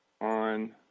On